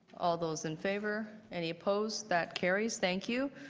all those in favor? any opposed? that carries. thank you.